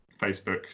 Facebook